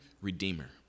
redeemer